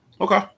Okay